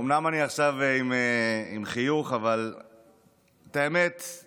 עם חיוך, אבל האמת היא